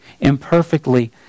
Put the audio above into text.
imperfectly